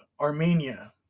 armenia